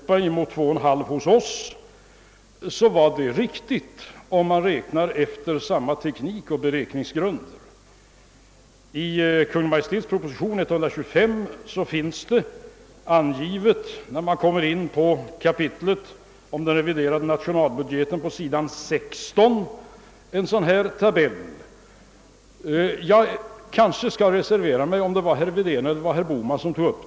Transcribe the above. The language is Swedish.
Jag är tacksam för alla korrigeringar, men på denna punkt tror jag nog att anmärkningen mot mig var ganska obefogad. Jag redovisade en tillväxttakt på 2 procent i Västeuropa emot 2,5 procent hos oss, och dessa siffror är riktiga. Det är bara fråga om att man måste vara konsekvent vid beräkningarna.